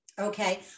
Okay